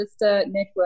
network